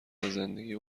زندگی